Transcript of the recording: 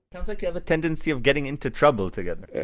sounds like you have a tendency of getting into trouble together